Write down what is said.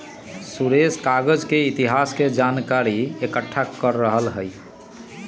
सुरेश कागज के इतिहास के जनकारी एकट्ठा कर रहलई ह